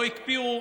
לא הקפיאו,